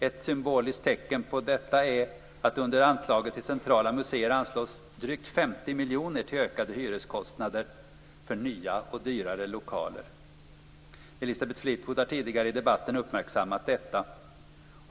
Ett symboliskt tecken på detta är att under anslaget till centrala museer anslås drygt 50 miljoner till ökade hyreskostnader för nya och dyrare lokaler. Elisabeth Fleetwood har tidigare i debatten uppmärksammat detta.